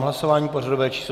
Hlasování pořadové číslo 153.